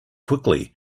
quickly